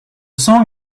song